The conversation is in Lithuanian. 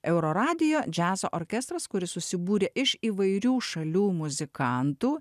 euro radijo džiazo orkestras kuris susibūrė iš įvairių šalių muzikantų